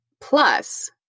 Plus